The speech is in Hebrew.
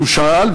הוא שאל,